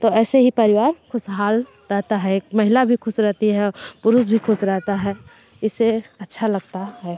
तो ऐसे ही परिवार खुशहाल रहता है एक महिला भी खुश रहती है और पुरुश भी खुश रहता है इससे अच्छा लगता है